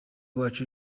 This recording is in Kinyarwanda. uwacu